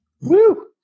Woo